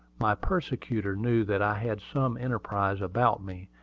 my persecutor knew that i had some enterprise about me,